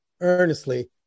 earnestly